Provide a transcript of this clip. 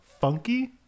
funky